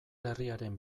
herriaren